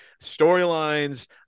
storylines